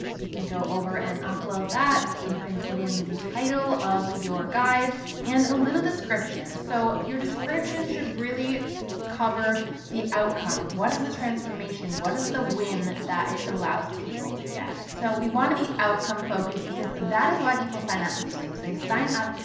can go over and upload that. you can put in the title of your guide and a little description. so your description should really cover the outcome. what is the transformation, what is the win that it allows people to get? so we want to be outcome focused, because that is why people sign up for these things. they sign up,